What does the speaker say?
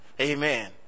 Amen